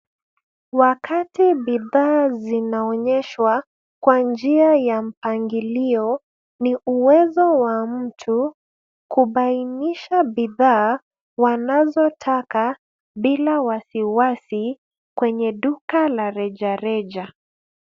Wakati bidhaa zinaonyeshwa, kwa njia ya mpangilio, ni uwezo wa mtu, kubainisha bidhaa, wanazotaka, bila wasiwasi, kwenye duka la rejareja.